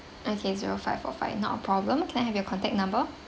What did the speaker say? okay zero five four five not a problem can I have your contact number